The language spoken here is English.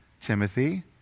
Timothy